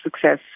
success